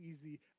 easy